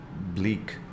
bleak